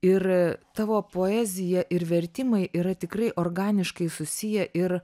ir tavo poezija ir vertimai yra tikrai organiškai susiję ir